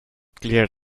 clear